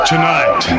Tonight